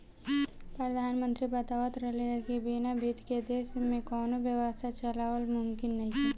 प्रधानमंत्री बतावत रहले की बिना बित्त के देश में कौनो व्यवस्था चलावल मुमकिन नइखे